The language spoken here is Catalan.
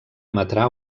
emetrà